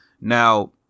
Now